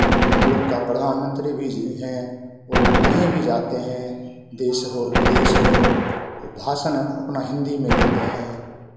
हमलोग का प्रधानमंत्री भी जी हैं वो कहीं भी जाते हैं देश हो विदेश हो भाषन अपना हिन्दी में देते हैं